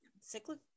cyclic